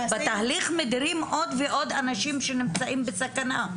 בתהליך מדירים עוד ועוד אנשים שנמצאים בסכנה.